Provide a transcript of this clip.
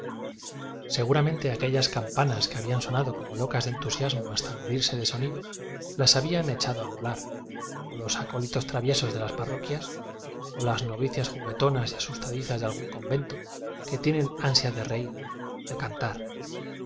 seguramente aquellas campanas que habían sonado como locas de entusiasmo hasta mo rirse de sonido las habían echado a volar o los acólitos traviesos de las parroquias o las novicias juguetonas y asustadizas de algún convento que tienen ansia de reir de